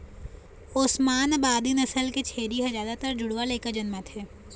ओस्मानाबादी नसल के छेरी ह जादातर जुड़वा लइका जनमाथे